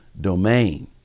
domain